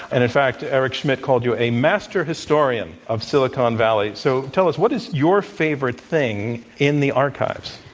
and in fact, eric schmidt called you a master historian of silicon valley. so tell us, what is your favorite thing in the archives?